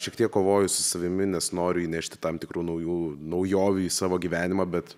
šiek tiek kovoju su savimi nes noriu įnešti tam tikrų naujų naujovių į savo gyvenimą bet